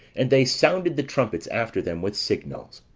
and they sounded the trumpets after them with signals.